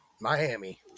miami